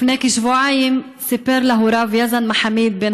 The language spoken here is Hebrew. לפני כשבועיים סיפר להוריו יזן מחאמיד בן